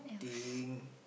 eating